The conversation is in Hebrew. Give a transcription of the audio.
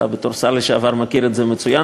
אתה בתור שר לשעבר מכיר את זה מצוין,